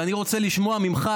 ואני רוצה לשמוע ממך,